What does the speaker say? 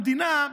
למדינה,